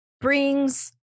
brings